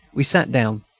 we sat down,